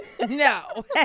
no